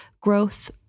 growth